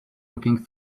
looking